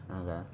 Okay